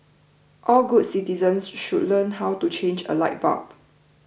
all good citizens should learn how to change a light bulb